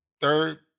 Third